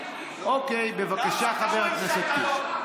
אוקיי, בבקשה, חבר הכנסת קיש.